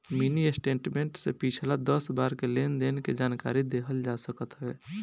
mini statement से पिछला दस बार के लेनदेन के जानकारी लेहल जा सकत हवे